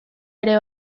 ere